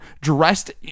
dressed